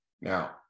Now